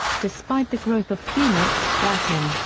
despite the growth of punic, latin,